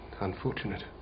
unfortunate